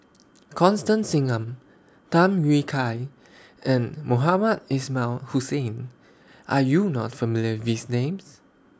Constance Singam Tham Yui Kai and Mohamed Ismail Hussain Are YOU not familiar with Names